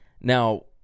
Now